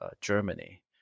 Germany